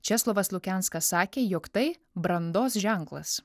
česlovas lukenskas sakė jog tai brandos ženklas